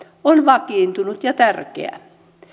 on vakiintunut ja tärkeä